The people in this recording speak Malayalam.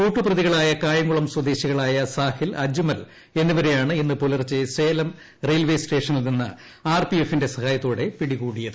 കൂട്ടുപ്രതികളായ കായംകുളം സ്വദേശികളായ സാഹിൽ അജ്മൽ എന്നിവരെയാണ് ഇന്ന് പുലർച്ചെ സേലം റെയിൽ വേ സ്റ്റേഷനിൽ നിന്ന് ആർപിഎഫിന്റെ സഹായത്തോടെ പിടികൂടിയത്